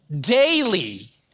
Daily